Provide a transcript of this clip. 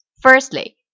Firstly